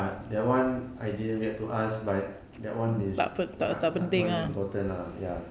ah that one I didn't get to ask but that one is tak tak mai~ important lah ya